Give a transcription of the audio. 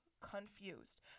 confused